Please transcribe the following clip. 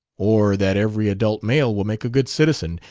or that every adult male will make a good citizen,